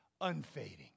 unfading